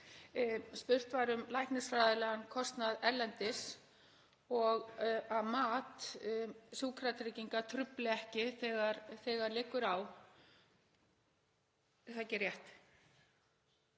Spurt var um læknisfræðilegan kostnað erlendis og að mat Sjúkratrygginga trufli ekki þegar liggur á, er það ekki rétt?